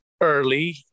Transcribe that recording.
early